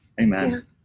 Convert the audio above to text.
Amen